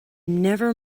never